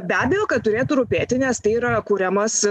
be abejo kad turėtų rūpėti nes tai yra kuriamas